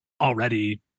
already